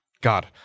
God